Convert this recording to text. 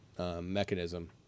mechanism